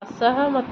ଅସହମତ